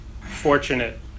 fortunate